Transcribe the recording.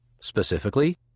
Specifically